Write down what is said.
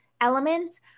element